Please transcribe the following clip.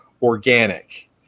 organic